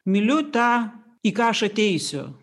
myliu tą į ką aš ateisiu